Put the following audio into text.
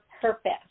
purpose